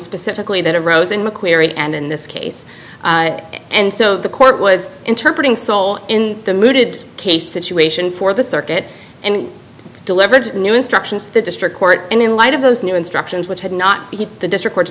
specifically that arose in mcqueary and in this case and so the court was interpreted so in the mooted case situation for the circuit and delivered new instructions to the district court and in light of those new instructions which had not been the district or to